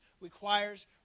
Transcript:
requires